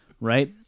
right